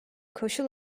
koşul